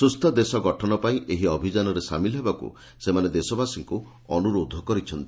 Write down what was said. ସୁସ୍ଥ ଦେଶ ଗଠନ ପାଇଁ ଏହି ଅଭିଯାନରେ ସାମିଲ ହେବାକୁ ସେମାନେ ଦେଶବାସୀଙ୍କୁ ଅନୁରୋଧ କରିଛନ୍ତି